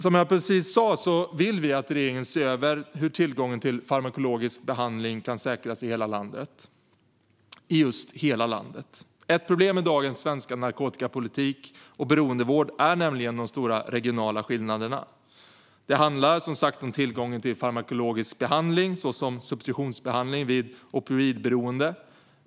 Som jag just sa vill vi att regeringen ser över hur tillgången till farmakologisk behandling kan säkras i hela landet - i just hela landet. Ett problem i dagens svenska narkotikapolitik och beroendevård är nämligen de stora regionala skillnaderna. Det handlar som sagt om tillgången till farmakologisk behandling, såsom substitutionsbehandling vid opioidberoende.